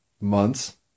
months